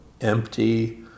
empty